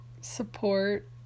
support